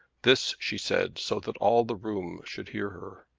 this she said so that all the room should hear her.